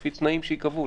לפי תנאים שיקבעו.